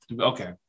Okay